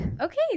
Okay